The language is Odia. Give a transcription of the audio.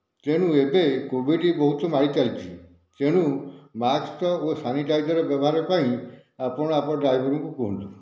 ତେଣୁ ଏବେ କୋଭିଡ଼୍ ବହୁତ ମାଡ଼ି ଚାଲିଛି ତେଣୁ ମାକ୍ସ ଆଉ ସାନିଟାଇଜର୍ ବ୍ୟବହାର ପାଇଁ ଆପଣ ଆପଣଙ୍କର ଡାଇଭରଙ୍କୁ କୁହନ୍ତୁ